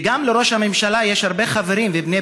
וגם לראש הממשלה יש הרבה חברים ובעלי